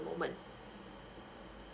moment